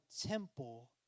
temple